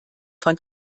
von